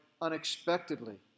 unexpectedly